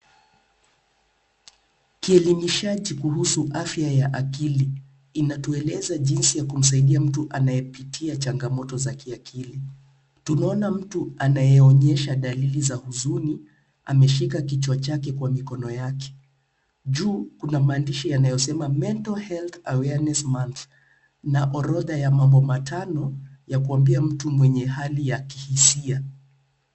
Kielimishaji kuhusu afya ya akili. Kinatueleza jinsi ya kumsaidia mtu anayepitia changamoto za kiakili. Tunaona mtu anayeonyesha dalili za huzuni, ameshika kichwa chake kwa mikono yake. Juu kuna maandishi yanayosema Mental Health Awareness Month , na orodha ya mambo matano, yakuambia mtu mwenye hali ya kihisia.